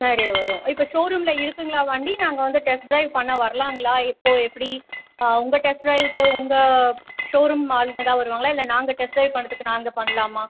நிறைய வரும் இப்போ ஷோரூமில் இருக்குதுங்களா வண்டி நாங்கள் வந்து டெஸ்ட் ட்ரைவ் பண்ண வரலாங்களா இப்போ எப்படி உங்கள் டெஸ்ட் ட்ரைவ்க்கு உங்கள் ஷோரூம் ஆளுங்க தான் வருவாங்களா இல்லை நாங்கள் டெஸ்ட் ட்ரைவ் பண்ணுறதுக்கு நாங்கள் பண்ணலாமா